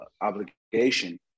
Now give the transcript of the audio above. obligation